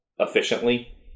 efficiently